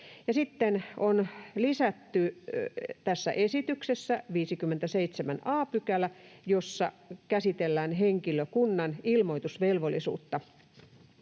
sitten tässä esityksessä on lisätty 57 a §, jossa käsitellään henkilökunnan ilmoitusvelvollisuutta.